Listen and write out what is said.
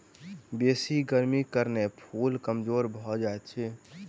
बेसी गर्मीक कारणें फूल कमजोर भअ जाइत अछि